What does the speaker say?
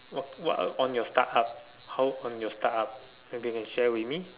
what what on your startup how on your startup maybe you can share with me